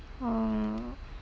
oh